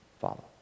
Follow